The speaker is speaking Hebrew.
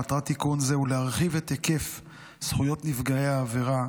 מטרת תיקון זה היא להרחיב את היקף זכויות נפגעי העבירה,